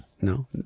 no